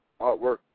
artwork